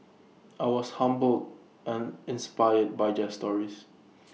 I was humbled and inspired by their stories